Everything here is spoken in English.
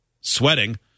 Sweating